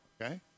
okay